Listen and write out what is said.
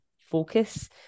focus